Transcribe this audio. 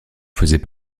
faisait